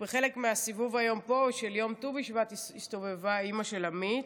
בחלק מהסיבוב היום פה של יום ט"ו בשבט הסתובבה אימא של עמית,